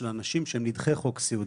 לאנשים שהם נדחי חוק סיעוד,